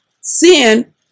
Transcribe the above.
sin